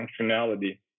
functionality